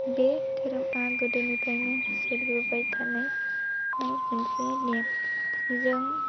बे धोरोमा गोदोनिफ्राइनो सोलिबोबाय थानाय मोनसे नेम जों